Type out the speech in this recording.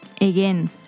Again